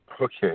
Okay